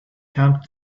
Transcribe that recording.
camp